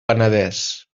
penedès